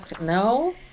no